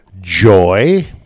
joy—